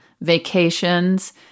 vacations